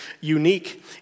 unique